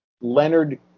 Leonard